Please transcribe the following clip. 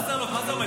וסרלאוף, מה זה אומר?